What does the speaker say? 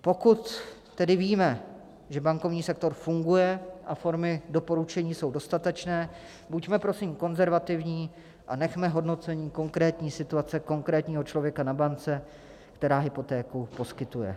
Pokud tedy víme, že bankovní sektor funguje a formy doporučení jsou dostatečné, buďme prosím konzervativní a nechme hodnocení konkrétní situace konkrétního člověka na bance, která hypotéku poskytuje.